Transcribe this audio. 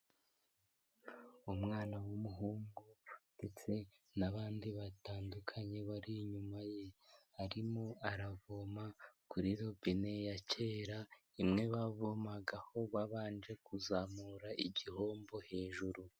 Umwana w'umuhungu ndetse n'abandi batandukanye bari inyuma ye. Arimo aravoma kuri robine ya kera, imwe bavomagaho babanje kuzamura igihombo hejuru.